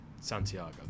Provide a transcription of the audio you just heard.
Santiago